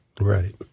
Right